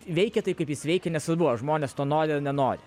veikia taip kaip jis veikia nesvarbu ar žmonės to nori ar nenori